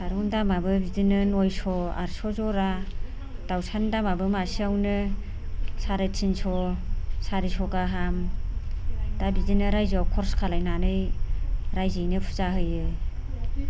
फारौनि दामाबो बिदिनो नयस' आठस' जरा दाउसानि दामाबो मासेआवनो साराय तिनस' सारिस' गाहाम दा बिदिनो रायजोआव खरस खालामनानै रायजोयैनो फुजा होयो